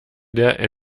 der